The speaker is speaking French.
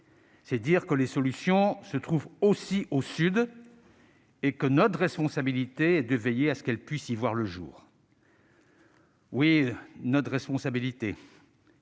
C'est dire que les solutions se trouvent aussi au Sud et que notre responsabilité est de veiller à ce qu'elles puissent y voir le jour. Oui, il y va de notre responsabilité,